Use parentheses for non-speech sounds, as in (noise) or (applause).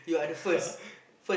(laughs)